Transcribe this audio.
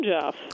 Jeff